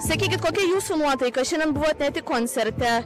sakykit kokia jūsų nuotaika šiandien buvote koncerte